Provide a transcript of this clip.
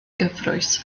gyfrwys